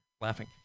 laughing